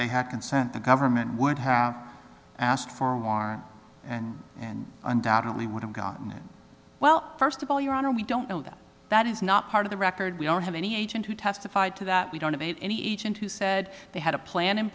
they had consent the government would have asked for more and undoubtedly would have gone well first of all your honor we don't know that that is not part of the record we don't have any agent who testified to that we don't have any agent who said they had a plan in